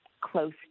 close